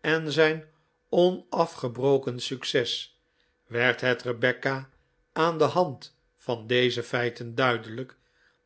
en zijn onafgebroken succes werd het rebecca aan de hand van deze feiten duidelijk